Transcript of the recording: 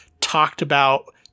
talked-about